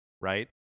right